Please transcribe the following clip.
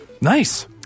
Nice